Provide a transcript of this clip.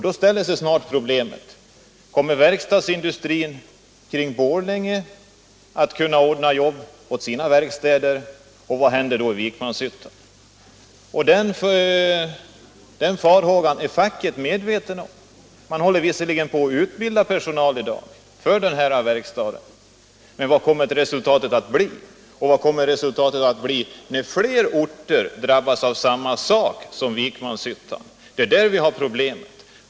Då ställs man inför problemet om verkstadsindustrin kring Borlänge kan ordna jobb åt sina verkstäder och vad som i så fall händer i Vikmanshyttan. Den farhågan är facket medvetet om. Man håller visserligen på att utbilda personal för denna verkstad, men vad blir resultatet när fler orter drabbas av samma sak som Vikmanshyttan?